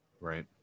Right